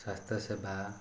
ସ୍ୱାସ୍ଥ୍ୟ ସେବା